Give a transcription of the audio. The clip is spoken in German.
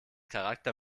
charakter